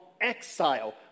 exile